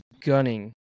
gunning